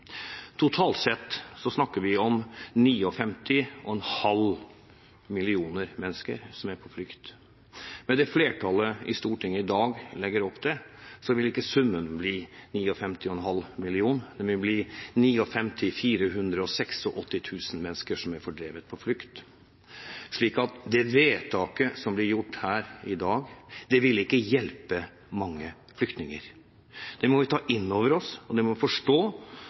Totalt sett snakker vi om 59,5 millioner mennesker som er på flukt. Med det flertallet i Stortinget i dag legger opp til, vil ikke summen bli 59,5 millioner, den vil bli 59 486 000 mennesker som er fordrevet på flukt. Så det vedtaket som blir gjort her i dag, vil ikke hjelpe mange flyktninger. Det må vi ta inn over oss, og det må vi forstå,